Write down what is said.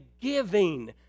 giving